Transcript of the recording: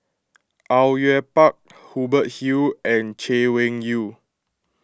Au Yue Pak Hubert Hill and Chay Weng Yew